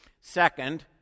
Second